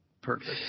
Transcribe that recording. Perfect